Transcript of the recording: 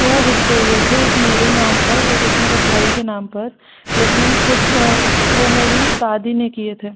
दो हिस्से हुए थे एक मेरे नाम पर और एक मेरे भाई के नाम पर लेकिन कुछ वो मेरी दादी ने किए थे